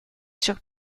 sur